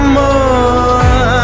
more